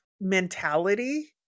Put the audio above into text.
mentality